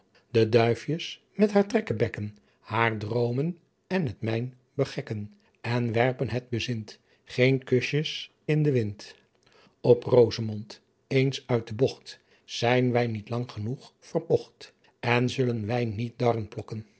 de duifjes met haar trekkebekken haar droomen en het mijn begekken en werpen het bezint geen kusjes in den windt adriaan loosjes pzn het leven van hillegonda buisman op roozemondt eens uit de boght zijn wy niet lang genegh verpocht en zullen wy niet